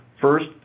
First